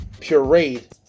pureed